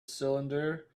cylinder